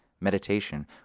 Meditation